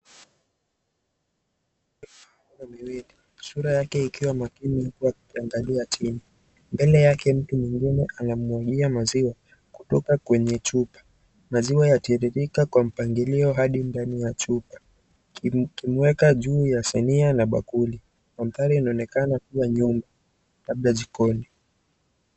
Sura yake ikiwa makini ya kuangalia chini. Mbele yake mtu mwengine anamuangalia akimwagia maziwa kwenye chupa. Maziwa yatiririka kwa mpangilio hadi ndani ya chupa. Akiweka juu ya sinia na bakuli. Mandhari inaonekana kuwa nyumba labda jikoni.